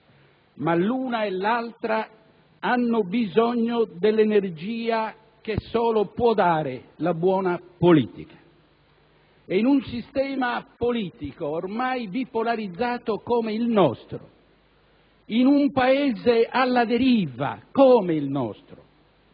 ma l'una e l'altra hanno bisogno dell'energia che solo può dare la buona politica. E in un sistema politico ormai bipolarizzato come il nostro, in un Paese alla deriva come il nostro,